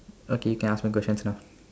okay you can ask me questions now